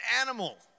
animal